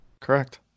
Correct